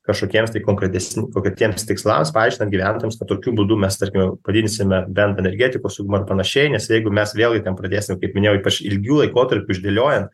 kažkokiems tai konkretes kokretiems tikslams paaiškinant gyventojams kad tokiu būdu mes tarkime padidinsime bent energetikos saugumą ir panašiai nes jeigu mes vėl jį ten pradėsim kaip minėjau ypač ilgių laikotarpiu išdėliojant